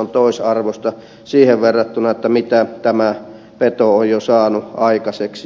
on toisarvoista siihen verrattuna mitä tämä peto on jo saanut aikaiseksi